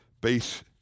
base